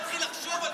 יורקים להם בפרצוף.